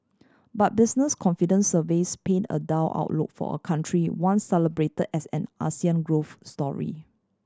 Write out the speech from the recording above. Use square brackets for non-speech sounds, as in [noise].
but business confidence surveys paint a dull outlook for a country once celebrated as an [unintelligible] growth story